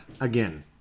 again